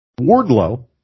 Wardlow